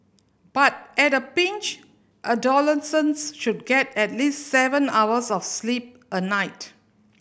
but at a pinch adolescents should get at least seven hours of sleep a night